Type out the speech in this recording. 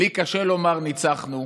לי קשה לומר "ניצחנו",